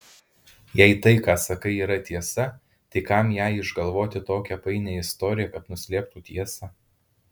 jei tai ką sakai yra tiesa tai kam jai išgalvoti tokią painią istoriją kad nuslėptų tiesą